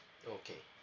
okay